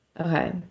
Okay